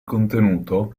contenuto